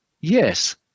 yes